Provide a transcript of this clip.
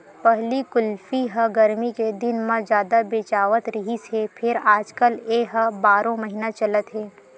पहिली कुल्फी ह गरमी के दिन म जादा बेचावत रिहिस हे फेर आजकाल ए ह बारो महिना चलत हे